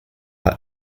are